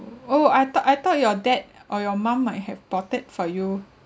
oh I thought I thought your dad or your mum might have bought it for you